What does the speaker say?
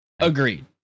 agreed